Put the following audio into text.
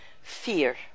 fear